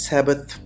Sabbath